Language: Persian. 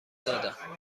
دادم